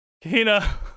Kina